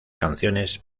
canciones